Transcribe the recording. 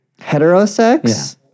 Heterosex